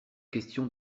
question